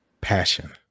Passion